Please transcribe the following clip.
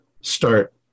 start